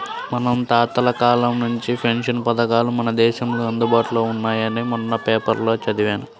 మన తాతల కాలం నుంచే పెన్షన్ పథకాలు మన దేశంలో అందుబాటులో ఉన్నాయని మొన్న పేపర్లో చదివాను